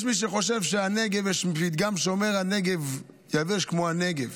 יש מי שחושב וגם אומר: יבש כמו הנגב.